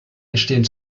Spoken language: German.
entstehen